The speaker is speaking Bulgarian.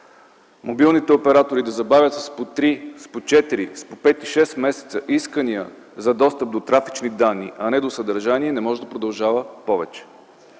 мобилните оператори да забавят с по 3, 4, 5 и 6 месеца искания за достъп до трафични данни, а не до съдържание, не може да продължава повече.